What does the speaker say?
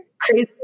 Crazy